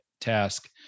task